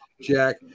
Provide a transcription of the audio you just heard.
Jack